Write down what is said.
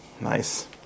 nice